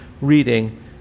reading